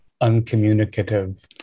uncommunicative